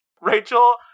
Rachel